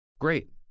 Great